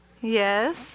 Yes